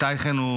איתי חן הוא